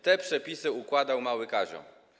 Te przepisy układał mały Kazio.